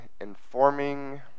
informing